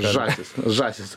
žąsys žąsys